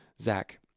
Zach